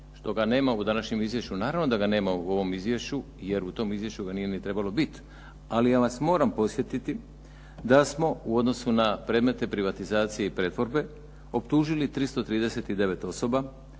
što ga nema u današnjem izvješću. Naravno da ga nema u ovom izvješću jer u tom izvješću ga nije trebalo ni biti ali ja vas moram podsjetiti da smo u odnosu na predmete privatizacije i pretvorbe optužili 339 osoba,